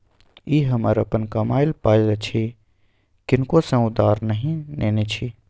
ई हमर अपन कमायल पाय अछि किनको सँ उधार नहि नेने छी